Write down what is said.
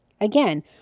Again